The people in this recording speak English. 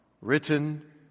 written